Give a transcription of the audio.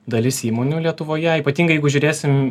dalis įmonių lietuvoje ypatingai jeigu žiūrėsim